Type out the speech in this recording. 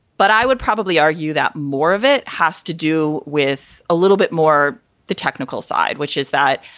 but i would probably argue that more of it has to do with a little bit more the technical side, which is that,